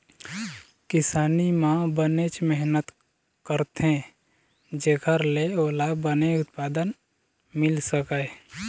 किसानी म बनेच मेहनत करथे जेखर ले ओला बने उत्पादन मिल सकय